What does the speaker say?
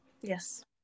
yes